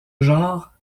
genre